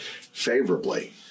favorably